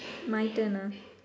my turn ah